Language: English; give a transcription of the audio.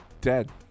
dead